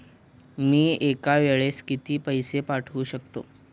मी एका वेळेस किती पैसे पाठवू शकतो?